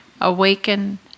awaken